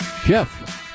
Jeff